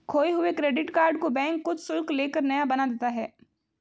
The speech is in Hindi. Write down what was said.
खोये हुए क्रेडिट कार्ड को बैंक कुछ शुल्क ले कर नया बना देता है